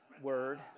word